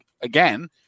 again